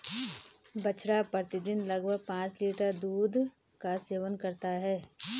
बछड़ा प्रतिदिन लगभग पांच लीटर दूध का सेवन करता है